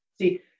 See